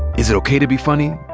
is it okay to be funny?